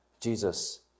Jesus